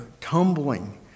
tumbling